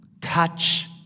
touch